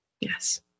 Yes